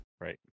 Right